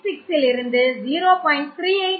66 லிருந்து 0